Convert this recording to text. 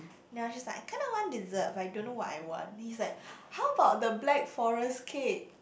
then I was just like I kinda want dessert but I don't know what I want he's like how about the black forest cake